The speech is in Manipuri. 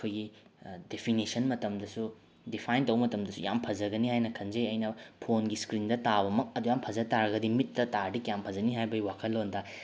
ꯑꯩꯈꯣꯏꯒꯤ ꯗꯤꯐꯤꯅꯤꯁꯟ ꯃꯇꯝꯗꯁꯨ ꯗꯤꯐꯥꯏꯟ ꯇꯧꯕ ꯃꯇꯝꯗꯁꯨ ꯌꯥꯝ ꯐꯖꯒꯅꯤ ꯍꯥꯏꯅ ꯈꯟꯖꯩ ꯑꯩꯅ ꯐꯣꯟꯒꯤ ꯏꯁꯀ꯭ꯔꯤꯟꯗ ꯇꯥꯕꯃꯛ ꯑꯗꯨꯛꯌꯥꯝ ꯐꯖꯕ ꯇꯥꯔꯒꯗꯤ ꯃꯤꯠꯇ ꯇꯥꯔꯗꯤ ꯀꯌꯥꯝ ꯐꯖꯅꯤ ꯍꯥꯏꯕꯒꯤ ꯋꯥꯈꯜꯂꯣꯟꯗ